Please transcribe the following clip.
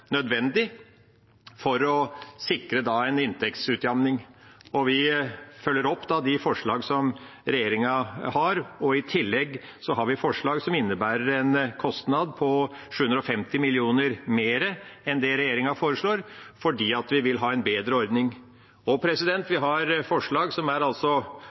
nødvendig for å sikre en inntektsutjevning. Vi følger da opp de forslag som regjeringa har, og i tillegg har vi forslag som innebærer en kostnad på 750 mill. kr mer enn det regjeringa foreslår, fordi vi vil ha en bedre ordning. Vi har forslag som altså er